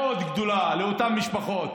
זו עזרה מאוד גדולה לאותן משפחות.